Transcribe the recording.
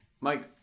Mike